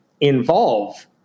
involve